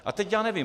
A teď já nevím.